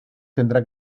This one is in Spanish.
tendrá